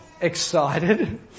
excited